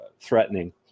threatening